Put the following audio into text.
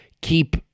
keep